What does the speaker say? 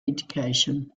education